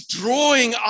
drawing